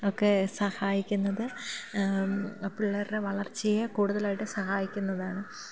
ഒക്കെ സഹായിക്കുന്നത് പിള്ളേരുടെ വളർച്ചയെ കൂടുതലായിട്ട് സഹായിക്കുന്നതാണ്